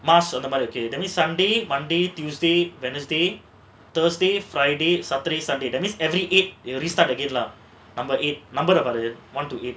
அந்த மாதிரி இருக்கு:andha maadhiri irukku sunday monday tuesday wednesday thursday friday saturday sunday that means every eight will restart again lah number ah பாரு:paaru